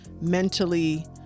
mentally